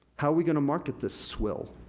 how are we gonna market this swill?